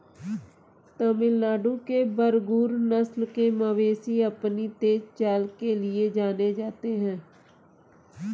तमिलनाडु के बरगुर नस्ल के मवेशी अपनी तेज चाल के लिए जाने जाते हैं